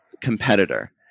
competitor